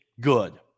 good